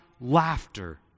laughter